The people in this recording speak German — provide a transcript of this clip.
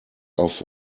auf